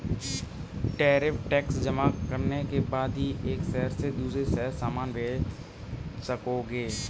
tariff tax जमा करने के बाद ही एक शहर से दूसरे शहर सामान भेज सकोगे